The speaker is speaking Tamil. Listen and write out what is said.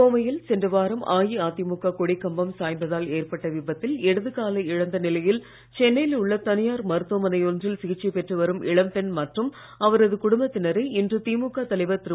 கோவையில் சென்ற வாரம் அஇஅதிமுக கொடிக் கம்பம் சாய்ந்ததால் ஏற்பட்ட விபத்தில் இடது காலை இழந்த நிலையில் சென்னையில் உள்ள தனியார் மருத்துவமனை ஒன்றில் சிகிச்சை பெற்று வரும் இளம்பெண் மற்றும் அவரது குடும்பத்தினரை இன்று திமுக தலைவர் திரு